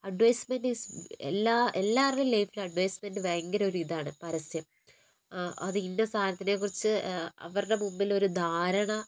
advertisement എല്ലാ എല്ലാവരുടേയും ലൈഫിൽ അഡ്വെർടൈസ്മെന്റ് ഭയങ്കര ഒരു ഇതാണ് പരസ്യം അത് ഇന്ന സാധനത്തെക്കുറിച്ച് അവരുടെ മുന്നിൽ ഒരു ധാരണ